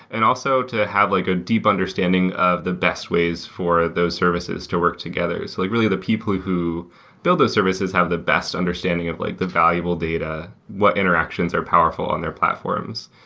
and also to have like a deep understanding of the best ways for those services to work together. so like really, the people who built those services have f the best understanding of like the valuable data, what interactions are powerful on their platforms.